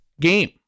game